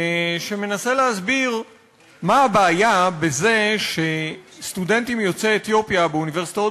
שמנסה להסביר מה הבעיה בזה שסטודנטים יוצאי אתיופיה באוניברסיטאות